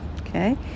okay